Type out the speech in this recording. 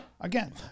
Again